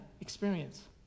experience